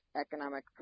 economic